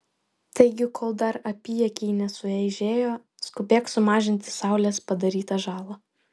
taigi kol dar apyakiai nesueižėjo skubėk sumažinti saulės padarytą žalą